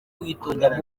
witonda